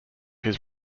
his